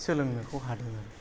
सोलोंनोखौ हादों आरो